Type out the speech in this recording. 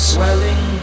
Swelling